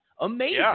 Amazing